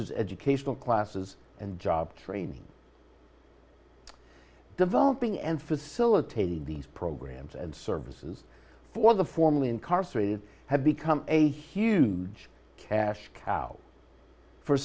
as educational classes and job training developing and facilitating these programs and services for the formerly incarcerated have become a huge cash cow for